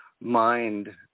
mind